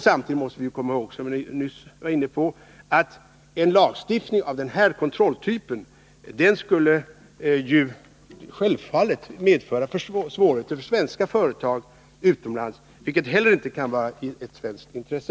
Samtidigt måste vi också komma ihåg, vilket jag nyss var inne på, att en lagstiftning av kontrolltyp självfallet skulle medföra svårigheter för svenska företag utomlands, något som inte heller kan vara ett svenskt intresse.